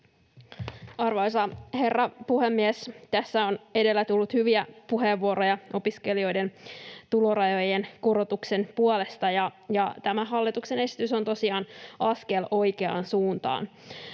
Arvoisa herra puhemies! Tässä on edellä tullut hyviä puheenvuoroja opiskelijoiden tulorajojen korotuksen puolesta, ja tämä hallituksen esitys on tosiaan askel oikeaan suuntaan.